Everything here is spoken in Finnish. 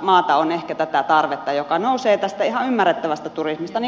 maata on ehkä tätä tarvetta joka nousee tästä ihan ymmärrettävästä syystä turismista